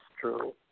true